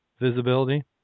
visibility